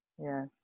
yes